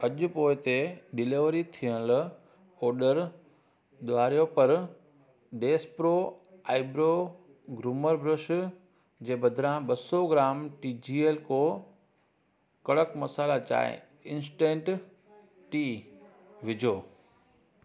अॼु पोइ ते डिलीवर थियलु ऑडर दुहारियो पर Dash pro eyebrow groomer brush जे बदिरां ॿ सौ gram T G L co kadak masala chai instant tea विझो